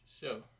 show